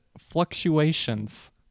Fluctuations